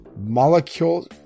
Molecule